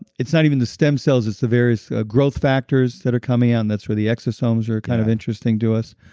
it's not even the stem cells, it's the various ah growth factors that are coming out, and that's why the exosomes are kind of interesting to us.